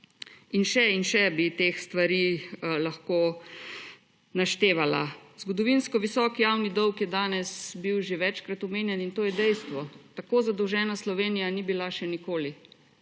in še in še bi teh stvari lahko naštevala. Zgodovinsko visok javni dolg je bil danes že večkrat omenjen in to je dejstvo, tako zadolžena Slovenija ni bila še nikoli